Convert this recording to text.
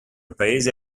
paese